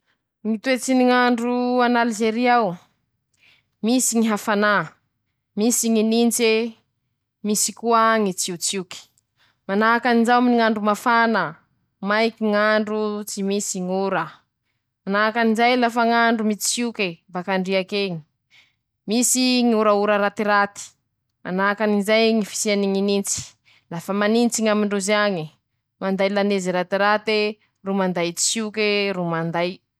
Ñy toetsy ny ñ'andro an'Alizery ao: Misy ñy hafanà, misy ñy nintse, misy koa misy koa ñy tsiotsioky, manahakanjao aminy ñ'andro mafana, maiky ñ'andro tsy misy ñ'ora, manakanjay lafa ñ'andro mitsioky, bak'andriak'eñy, misy ñ'oraora ratiraty, manahakan'izay ñy fisiany ñy nintsy, lafa manintsy ñ'amindrozy añy, manday lanezy ratirate ro manday tsioke ro manda.